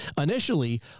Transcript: Initially